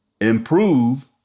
improve